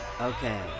Okay